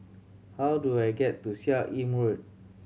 how do I get to Seah Im Road